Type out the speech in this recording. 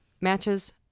matches